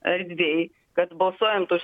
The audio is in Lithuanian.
erdvėj kad balsuojant už